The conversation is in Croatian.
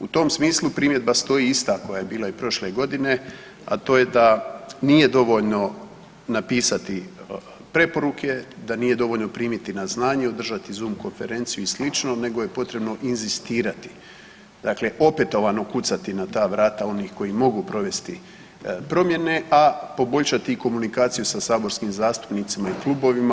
U tom smislu primjedba stoji ista koja je bila i prošle godine, a to je da nije dovoljno napisati preporuke, da nije dovoljno primiti na znanje i održati Zoom konferenciju i sl. nego je potrebno inzistirati, dakle opetovano kucati na ta vrata onih koji mogu provesti promjene, a poboljšati i komunikaciju sa saborskim zastupnicima i klubovima.